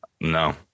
No